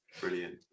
brilliant